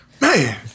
Man